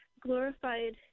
glorified